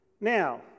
Now